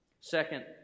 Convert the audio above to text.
Second